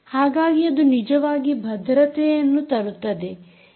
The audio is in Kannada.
ಹಾಗಾಗಿ ಅದು ನಿಜವಾಗಿ ಭದ್ರತೆಯನ್ನು ತರುತ್ತದೆ